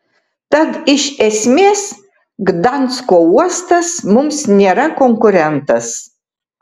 tad iš esmės gdansko uostas mums nėra konkurentas